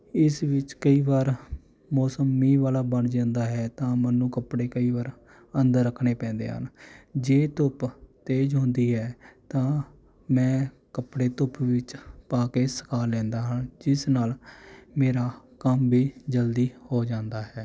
ਇਸ ਵਿੱਚ ਕਈ ਵਾਰ ਮੌਸਮ ਮੀਂਹ ਵਾਲਾ ਬਣ ਜਾਂਦਾ ਹੈ ਤਾਂ ਮੈਨੂੰ ਕੱਪੜੇ ਕਈ ਵਾਰ ਅੰਦਰ ਰੱਖਣੇ ਪੈਂਦੇ ਹਨ ਜੇ ਧੁੱਪ ਤੇਜ਼ ਹੁੰਦੀ ਹੈ ਤਾਂ ਮੈਂ ਕੱਪੜੇ ਧੁੱਪ ਵਿੱਚ ਪਾ ਕੇ ਸੁਕਾ ਲੈਂਦਾ ਹਾਂ ਜਿਸ ਨਾਲ ਮੇਰਾ ਕੰਮ ਵੀ ਜਲਦੀ ਹੋ ਜਾਂਦਾ ਹੈ